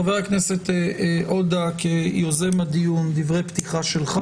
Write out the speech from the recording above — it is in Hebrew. חה"כ עודה, יוזם הדיון, דברי פתיחה שלך.